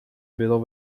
bylo